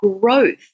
growth